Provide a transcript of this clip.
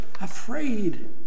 afraid